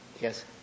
Yes